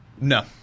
no